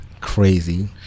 crazy